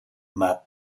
m’a